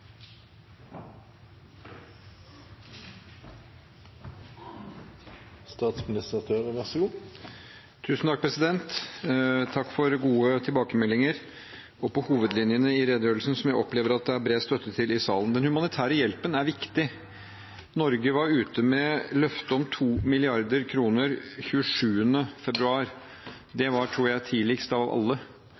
Takk for gode tilbakemeldinger, også på hovedlinjene i redegjørelsen, som jeg opplever at det er bred støtte til i salen. Den humanitære hjelpen er viktig. Norge var ute med løfte om 2 mrd. kr den 27. februar. Det tror jeg var tidligst av alle.